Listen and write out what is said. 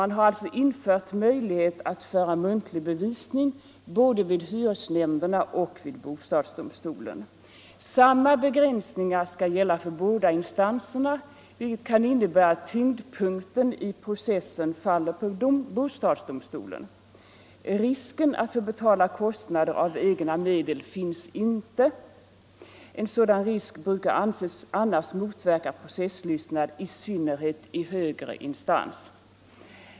Man har alltså infört möjlighet att föra muntlig bevisning både vid hyresnämnderna och vid bostadsdomstolen. Samma begränsningar skall gälla för båda instanserna, vilket kan innebära att tyngdpunkten i processen faller på bostadsdomstolen. Någon risk att få betala kostnader av egna medel kommer inte att finnas för många parter. En sådan risk brukar annars anses motverka processlystnad, i synnerhet i högre instans.